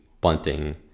Bunting